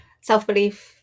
self-belief